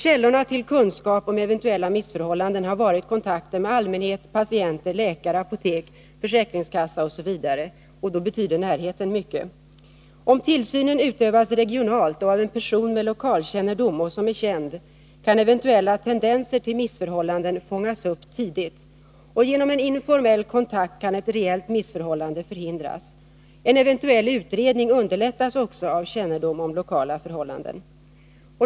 Källorna till kunskap om eventuella missförhållanden har varit kontakter med allmänhet, patienter, läkare, apotek, försäkringskassa osv. Då betyder närheten mycket. Om tillsynen utövas regionalt och av en person som har lokalkännedom och som är känd, kan eventuella tendenser till missförhållanden fångas upp tidigt. Genom en informell kontakt kan ett reellt missförhållande förhindras. En eventuell utredning underlättas också av kännedom om lokala förhållanden.